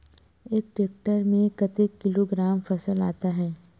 एक टेक्टर में कतेक किलोग्राम फसल आता है?